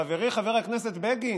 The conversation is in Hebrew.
חברי חבר הכנסת בגין,